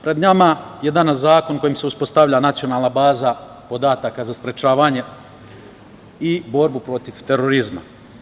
Pred nama je danas zakon kojim se uspostavlja danas nacionalna baza podataka za sprečavanje i borbu protiv terorizma.